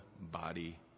body